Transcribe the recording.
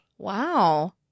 Wow